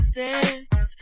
dance